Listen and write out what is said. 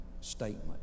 statement